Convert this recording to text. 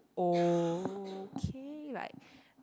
okay like